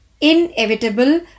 Inevitable